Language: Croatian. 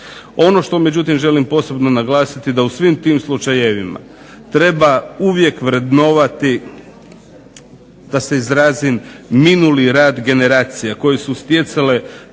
Ono što međutim želim posebno naglasiti da u svim tim slučajevima treba uvijek vrednovati da se izrazim minuli rad generacija koje su stjecale